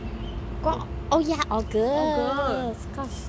oh ya auguest